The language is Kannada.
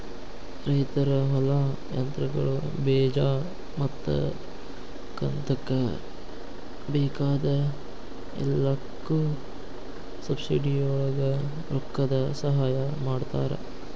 ರೈತರ ಹೊಲಾ, ಯಂತ್ರಗಳು, ಬೇಜಾ ಮತ್ತ ಕಂತಕ್ಕ ಬೇಕಾಗ ಎಲ್ಲಾಕು ಸಬ್ಸಿಡಿವಳಗ ರೊಕ್ಕದ ಸಹಾಯ ಮಾಡತಾರ